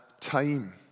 time